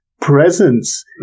presence